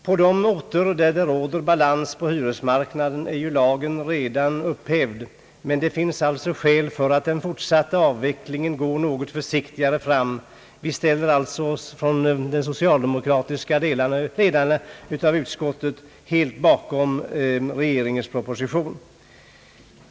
På de orter där det råder balans på hyresmarknaden är ju lagen redan upphävd, men det finns skäl för att vid den fortsatta avvecklingen gå något försiktigare fram. Den socialdemokratiska delen av utskottet står alltså helt bakom regeringens proposition.